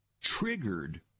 triggered